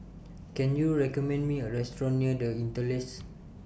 Can YOU recommend Me A Restaurant near The Interlace